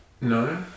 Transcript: No